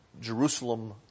Jerusalem